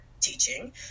teaching